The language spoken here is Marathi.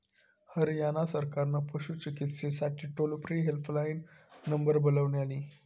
हरयाणा सरकारान पशू चिकित्सेसाठी टोल फ्री हेल्पलाईन नंबर बनवल्यानी